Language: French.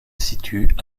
situe